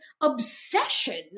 obsession